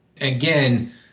Again